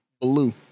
Blue